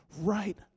right